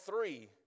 three